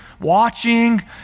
Watching